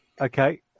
Okay